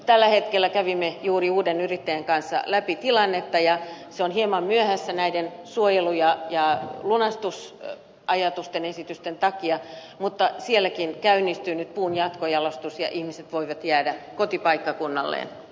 tällä hetkellä kävimme juuri uuden yrittäjän kanssa läpi tilannetta ja se on hieman myöhässä näiden suojelu ja lunastusajatusten ja esitysten takia mutta sielläkin käynnistyy nyt puun jatkojalostus ja ihmiset voivat jäädä kotipaikkakunnalleen